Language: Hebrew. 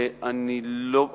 אני לא,